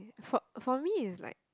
for for me is like